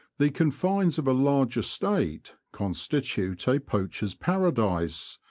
the confines of a large estate constitute a poacher's paradise,